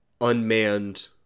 unmanned